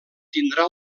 tindrà